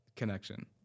Connection